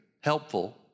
helpful